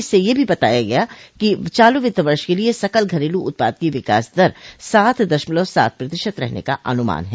इसमें यह भी बताया गया है कि चालू वित्त वर्ष के लिए सकल घरेलू उत्पाद की विकास दर सात दशमलव सात प्रतिशत रहने का अनुमान है